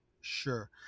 Sure